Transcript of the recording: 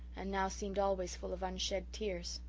and now seemed always full of unshed tears.